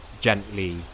gently